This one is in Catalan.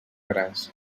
gras